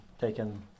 taken